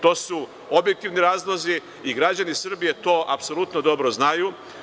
To su objektivni razlozi i građani Srbije to apsolutno dobro znaju.